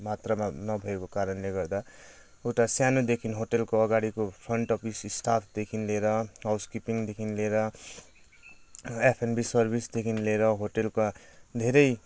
मात्रामा नभएको कारणले गर्दा एउटा सानोदेखि होटेलको अगाडिको फ्रन्ट अफिस स्टाफदेखि लिएर हाउस किपिङदेखि लिएर एफएमभी सर्भिसदेखि लिएर होटेलको धेरै